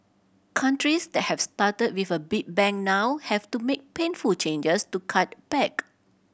countries that have started with a big bang now have to make painful changes to cut back